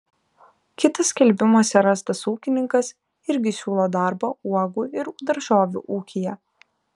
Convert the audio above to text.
kitas skelbimuose rastas ūkininkas irgi siūlo darbą uogų ir daržovių ūkyje